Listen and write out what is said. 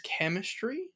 chemistry